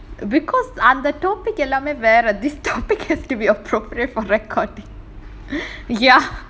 because அந்த:andha topic எல்லாமே வேற:ellamae vera this topic has to be appropriate for recording ya